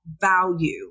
value